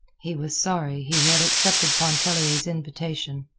he was sorry he had accepted pontellier's invitation.